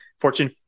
fortune